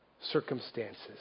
circumstances